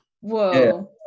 Whoa